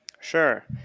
Sure